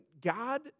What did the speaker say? God